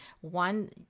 one